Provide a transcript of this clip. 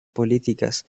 políticas